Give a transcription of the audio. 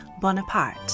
Bonaparte